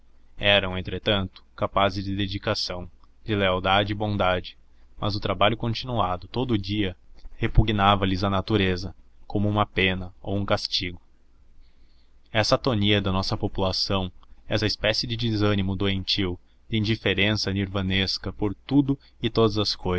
eram entretanto capazes de dedicação de lealdade e bondade mas o trabalho continuado